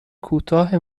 کوتاه